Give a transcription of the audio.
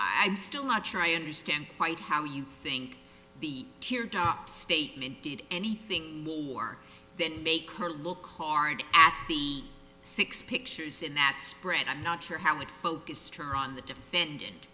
i'm still not sure i understand quite how you think the teardrops statement did anything more than make her look hard at the six pictures and that spread i'm not sure how it focused her on the defendant